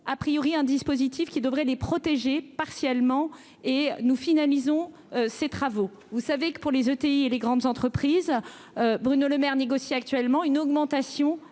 a priori, un dispositif qui devraient les protéger partiellement et nous finalisons ces travaux, vous savez que pour les ETI et les grandes entreprises, Bruno Lemaire négocie actuellement une augmentation